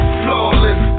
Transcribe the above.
flawless